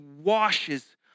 washes